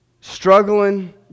struggling